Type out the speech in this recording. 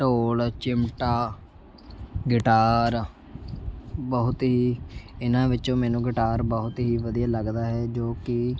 ਢੋਲ ਚਿੱਮਟਾ ਗਿਟਾਰ ਬਹੁਤ ਹੀ ਇਹਨਾਂ ਵਿੱਚੋਂ ਮੈਨੂੰ ਗਿਟਾਰ ਬਹੁਤ ਹੀ ਵਧੀਆ ਲੱਗਦਾ ਹੈ ਜੋ ਕਿ